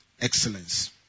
excellence